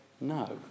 no